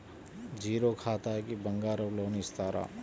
Zero ఖాతాకి బంగారం loan ఇస్తారా?